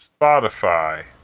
Spotify